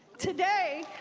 today,